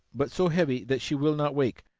but so heavy that she will not wake.